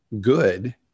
good